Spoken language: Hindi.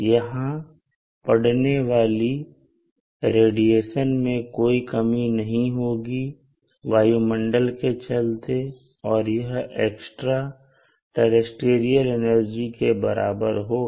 यहां पड़ने वाली रेडिएशन में कोई कमी नहीं होगी वायुमंडल के चलते और यह एक्स्ट्रा टेरेस्टेरियल एनर्जी के बराबर होगा